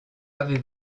avez